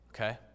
Okay